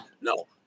No